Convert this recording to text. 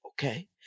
Okay